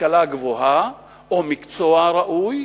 השכלה גבוהה או מקצוע ראוי,